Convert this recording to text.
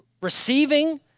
receiving